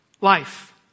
life